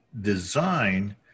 design